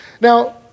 Now